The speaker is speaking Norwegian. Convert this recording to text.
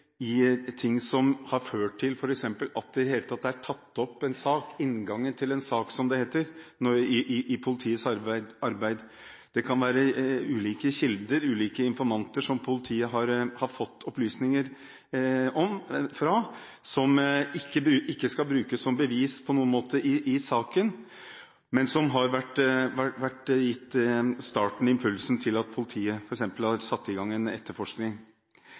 som f.eks. har ført til at det er tatt opp en sak – inngangen til en sak, som det heter – i politiets arbeid. Det kan være ulike kilder, ulike informanter, som politiet har fått opplysninger fra, som ikke skal brukes som bevis på noen måte i saken, men som har vært starten og gitt impulsen til at politiet f.eks. har satt i gang en etterforskning.